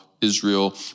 Israel